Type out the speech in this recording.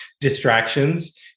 distractions